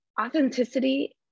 authenticity